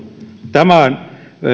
tämän